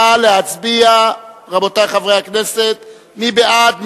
נא להצביע, רבותי חברי הכנסת, מי בעד?